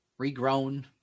regrown